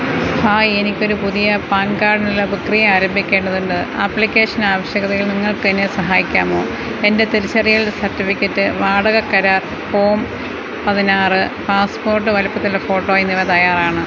hi എനിക്ക് ഒരു പുതിയ പാൻ കാർഡിനുള്ള പ്രക്രിയ ആരംഭിക്കേണ്ടതുണ്ട് ആപ്ലിക്കേഷൻ ആവശ്യകതകളിൽ നിങ്ങൾക്ക് എന്നെ സഹായിക്കാമോ എൻ്റെ തിരിച്ചറിയൽ സർട്ടിഫിക്കറ്റ് വാടക കരാർ ഫോം പതിനാറ് പാസ്പോർട്ട് വലിപ്പത്തിലുള്ള ഫോട്ടോ എന്നിവ തയ്യാറാണ്